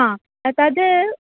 हा तद्